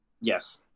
Yes